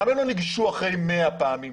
למה הם לא ניגשו אחרי 100 פעמים?